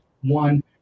one